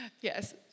yes